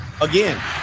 again